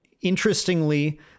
interestingly